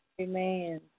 Amen